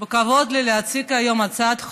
לכבוד לי היום להציג הצעת חוק.